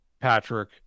Patrick